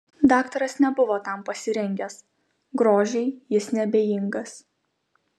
daktaras nebuvo tam pasirengęs grožiui jis neabejingas